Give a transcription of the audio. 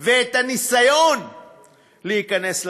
או ניסיון להיכנס לתחום.